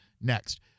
Next